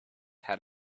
had